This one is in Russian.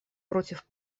против